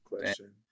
question